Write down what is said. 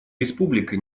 республика